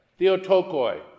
theotokoi